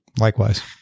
likewise